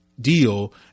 deal